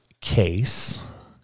case